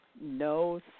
no